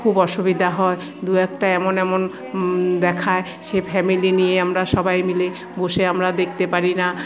খুব অসুবিধা হয় দু একটা এমন এমন দেখায় সে ফ্যামিলি নিয়ে আমরা সবাই মিলে বসে আমরা দেখতে পারিনা